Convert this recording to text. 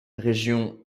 région